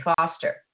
Foster